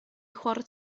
chwarae